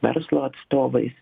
verslo atstovais